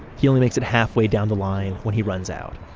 he only makes it halfway down the line when he runs out